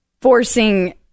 forcing